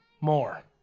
more